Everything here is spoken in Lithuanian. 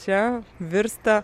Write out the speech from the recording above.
čia virsta